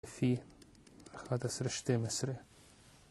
לפי 11, 12